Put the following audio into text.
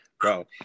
Bro